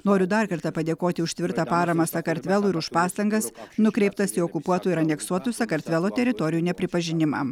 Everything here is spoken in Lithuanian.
noriu dar kartą padėkoti už tvirtą paramą sakartvelui ir už pastangas nukreiptas į okupuotų ir aneksuotų sakartvelo teritorijų nepripažinimą